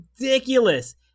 ridiculous